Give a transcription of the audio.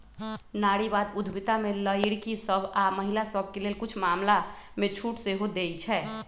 नारीवाद उद्यमिता में लइरकि सभ आऽ महिला सभके लेल कुछ मामलामें छूट सेहो देँइ छै